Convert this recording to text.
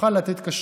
תוכל לתת כשרות.